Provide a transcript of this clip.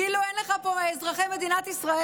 כאילו אין לך פה אזרחי מדינת ישראל.